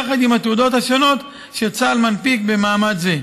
יחד עם התעודות השונות אשר צה"ל מנפיק במעמד זה.